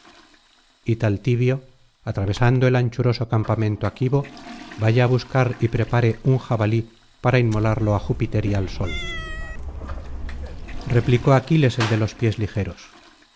mujeres ytaltibio atravesando el anchuroso campamento aquivo vaya á buscar y prepare un jabalí para inmolarlo á júpiter y al sol replicó aquiles el de los pies ligeros